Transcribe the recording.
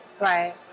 right